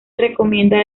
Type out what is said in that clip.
recomienda